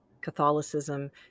Catholicism